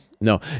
no